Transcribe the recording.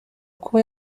kuba